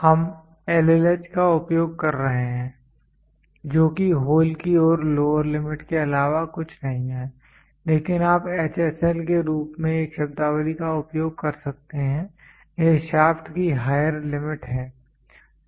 हम LLH का उपयोग कर रहे हैं जो कि होल की लोअर लिमिट के अलावा कुछ नहीं है लेकिन आप HSL के रूप में एक शब्दावली का उपयोग कर सकते हैं यह शाफ्ट की हायर लिमिट है